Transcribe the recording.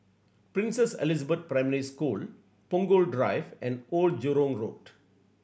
Princess Elizabeth Primary School Punggol Drive and Old Jurong Road